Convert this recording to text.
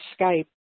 Skype